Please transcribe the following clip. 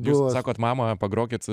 jūs sakot mama pagrokit